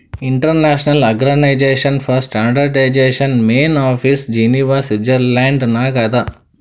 international organization for standardization main office Geneva Switzerland ನಾಗ್ ಅದಾ